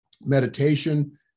meditation